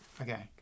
Okay